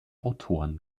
autoren